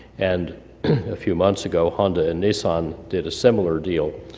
and a few months ago honda and nissan did a similar deal.